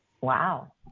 wow